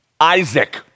Isaac